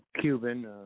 Cuban